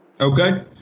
Okay